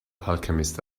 alchemist